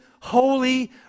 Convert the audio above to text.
holy